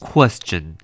Question